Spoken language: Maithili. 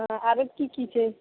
आरो की की छै